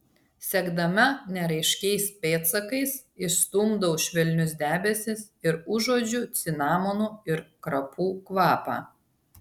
sekdama neraiškiais pėdsakais išstumdau švelnius debesis ir užuodžiu cinamonų ir krapų kvapą